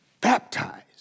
baptized